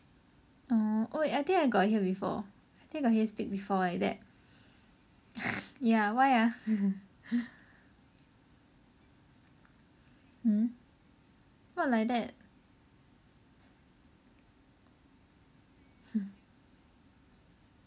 orh oh wait I think I got hear you speak before got hear you speak before like that ya why ah hmm what like that